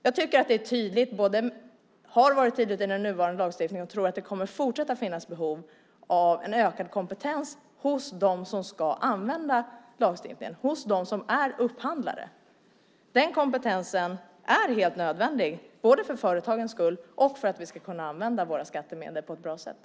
Jag tror att det även i fortsättningen kommer att finnas behov av en ökad kompetens hos dem som ska använda lagstiftningen, hos upphandlarna. Den kompetensen är helt nödvändig både för företagens skull och för att vi ska kunna använda våra skattemedel på ett bra sätt.